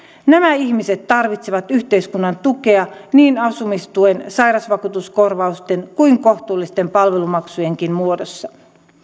nämä ihmiset tarvitsevat yhteiskunnan tukea niin asumistuen sairausvakuutuskorvausten kuin kohtuullisten palvelumaksujenkin muodossa